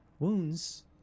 Wounds